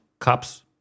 Cups